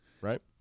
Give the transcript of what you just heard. right